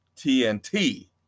TNT